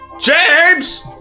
James